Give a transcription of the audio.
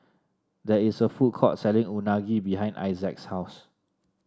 there is a food court selling Unagi behind Issac's house